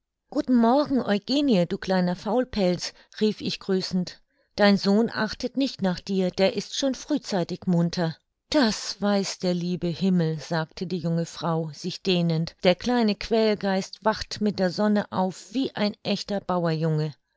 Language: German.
guten morgen eugenie du kleiner faulpelz rief ich grüßend dein sohn artet nicht nach dir der ist schon frühzeitig munter das weiß der liebe himmel sagte die junge frau sich dehnend der kleine quälgeist wacht mit der sonne auf wie ein echter